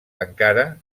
encara